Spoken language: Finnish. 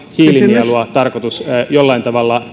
hiilinielua tarkoitus jollain tavalla